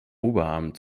oberarm